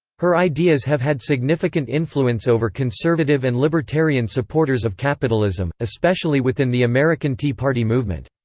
her ideas have had significant influence over conservative and libertarian supporters of capitalism, especially within the american tea party movement.